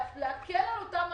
ולהקל על אותן עמותות,